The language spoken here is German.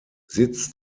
sitz